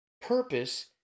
purpose